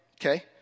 okay